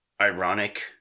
ironic